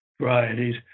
varieties